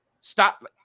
Stop